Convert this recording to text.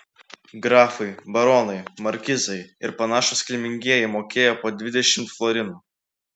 grafai baronai markizai ir panašūs kilmingieji mokėjo po dvidešimt florinų